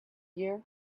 year